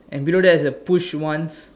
and below there is a push once